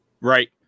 Right